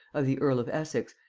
of the earl of essex,